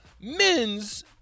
men's